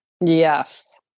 Yes